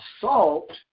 salt